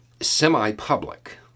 semi-public